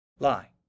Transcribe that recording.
Lie